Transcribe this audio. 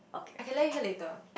I can let you hear later